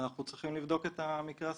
אנחנו צריכים לבדוק את המקרה הספציפי.